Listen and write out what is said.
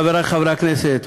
חברי חברי הכנסת,